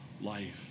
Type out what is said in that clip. life